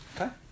Okay